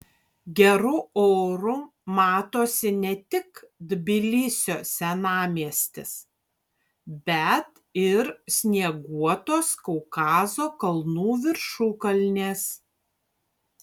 geru oru matosi ne tik tbilisio senamiestis bet ir snieguotos kaukazo kalnų viršukalnės